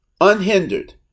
unhindered